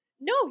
No